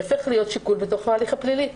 ייהפך להיות שיקול בתוך ההליך הפלילי,